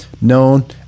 known